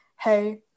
hey